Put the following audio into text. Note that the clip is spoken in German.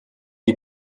die